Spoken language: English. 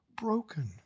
broken